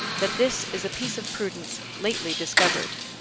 that this is a piece of prudence lately discovered.